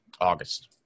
August